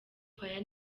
fire